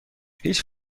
هیچ